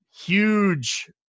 huge